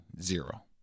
zero